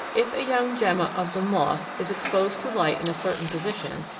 if a young gemma of the moss is exposed to light in a certain position,